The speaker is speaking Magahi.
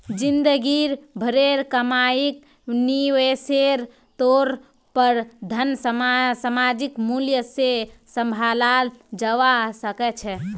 जिंदगी भरेर कमाईक निवेशेर तौर पर धन सामयिक मूल्य से सम्भालाल जवा सक छे